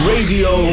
Radio